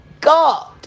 god